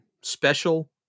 special